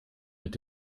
mit